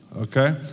okay